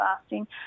fasting